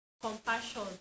compassion